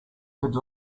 could